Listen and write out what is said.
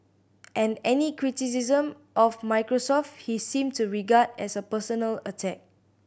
and any criticism of Microsoft he seemed to regard as a personal attack